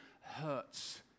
hurts